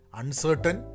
uncertain